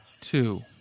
Two